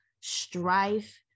strife